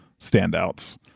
standouts